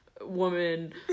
woman